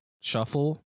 Shuffle